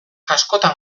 askotan